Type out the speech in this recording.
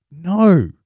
no